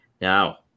Now